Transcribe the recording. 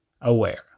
aware